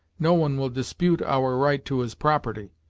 no one will dispute our right to his property.